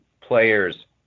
players